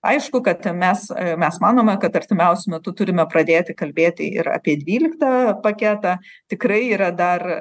aišku kad mes mes manome kad artimiausiu metu turime pradėti kalbėti ir apie dvyliktą paketą tikrai yra dar